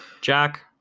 Jack